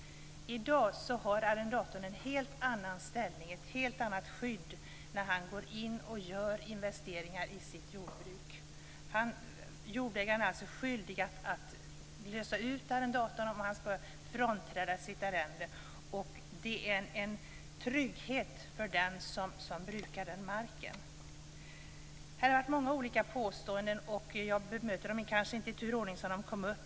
I dag har arrendatorn en helt annan ställning och ett helt annat skydd när han gör investeringar i sitt arrendejordbruk. Jordägaren är skyldig att lösa ut arrendatorn om han skall frånträda sitt arrende. Det är en trygghet för den som brukar marken. Här har varit många påståenden. Jag kanske inte bemöter dem i turordning.